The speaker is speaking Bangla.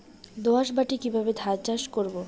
দোয়াস মাটি কিভাবে ধান চাষ করব?